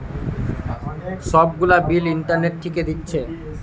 সব গুলা bill internet থিকে দিচ্ছে